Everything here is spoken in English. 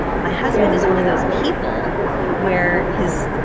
um my husband is one of those people where his